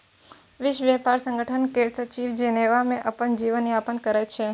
विश्व ब्यापार संगठन केर सचिव जेनेबा मे अपन जीबन यापन करै छै